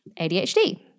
ADHD